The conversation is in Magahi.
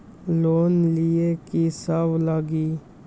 लोन लिए की सब लगी?